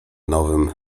nowym